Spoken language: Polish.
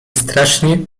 strasznie